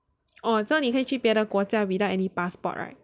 oh 这样你可以去别的国家 without any passport right